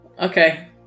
Okay